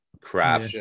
crap